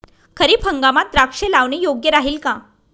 खरीप हंगामात द्राक्षे लावणे योग्य राहिल का?